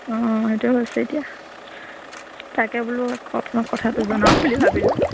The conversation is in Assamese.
অঁ সেইটোৱ হৈছে এতিয়া তাকে বোলো আপোনাক কথাটো জনাওঁ বুলি ভাবিলোঁ